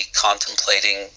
contemplating